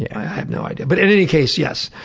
i have no idea. but in any case, yes.